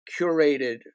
curated